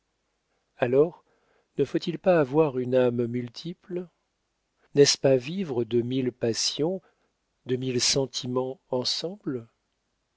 alors ne faut-il pas avoir une âme multiple n'est-ce pas vivre de mille passions de mille sentiments ensemble